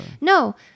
No